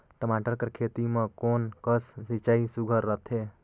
टमाटर कर खेती म कोन कस सिंचाई सुघ्घर रथे?